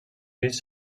pis